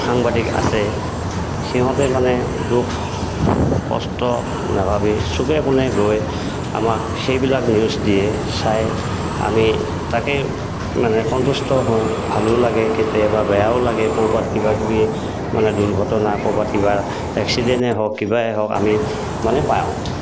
সাংবাদিক আছে সিহঁতে মানে দুখ কষ্ট নাভাবি চুকে কোণে গৈ আমাক সেইবিলাক নিউজ দিয়ে চাই আমি তাকেই মানে সন্তুষ্ট হওঁ ভালো লাগে কেতিয়াবা বেয়াও লাগে ক'ৰবাত কিবাকিবি মানে দুৰ্ঘটনা ক'ৰবাত কিবা এক্সিডেণ্টেই হওক কিবাই হওক আমি মানে পাওঁ